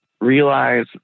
realize